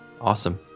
Awesome